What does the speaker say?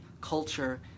culture